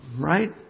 Right